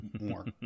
more